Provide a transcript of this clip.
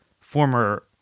former